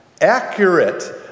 accurate